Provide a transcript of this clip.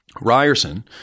Ryerson